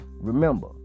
remember